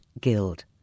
guild